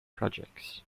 projects